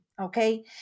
okay